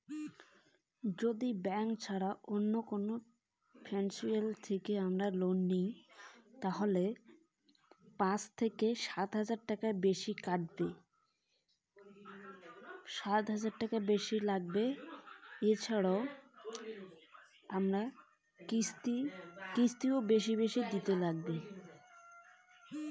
Bank ছাড়া অন্য financial থাকি লোন নিলে কতটাকা বেশি দিবার নাগে?